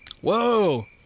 Whoa